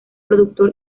productor